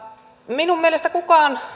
minun mielestäni kukaan